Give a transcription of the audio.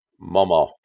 Mama